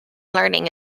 learning